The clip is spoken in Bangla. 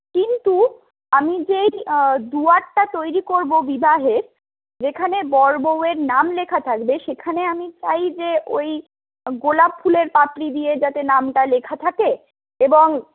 কিন্তু আমি যে দুয়ারটা তৈরি করব বিবাহের যেখানে বর বউ এর নাম লেখা থাকবে সেখানে আমি চাই যে ওই গোলাপ ফুলের পাপড়ি দিয়ে যাতে নামটা লেখা থাকে এবং